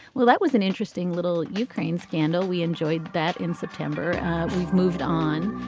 well that was an interesting little ukraine scandal we enjoyed that in september we've moved on